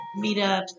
meetup